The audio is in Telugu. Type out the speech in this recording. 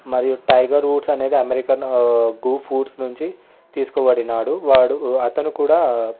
మరియు టైగర్ వుడ్స్ అనేది అమెరికన్ గోల్ఫ్ వుడ్స్ నుంచి తీసుకోబడినాడు వాడు అతను కూడా